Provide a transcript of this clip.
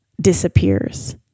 disappears